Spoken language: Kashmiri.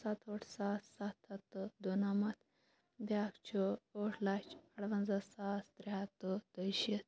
سَت ہٲٹھ ساس سَتھ ہَتھ تہٕ دُنَمَتھ بیاکھ چھُ ٲٹھ لَچھ اَروَنزَہ ساس ترٛےٚ ہَتھ تہِ دۄیہِ شیٖتھ